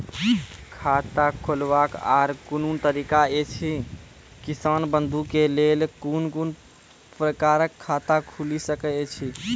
खाता खोलवाक आर कूनू तरीका ऐछि, किसान बंधु के लेल कून कून प्रकारक खाता खूलि सकैत ऐछि?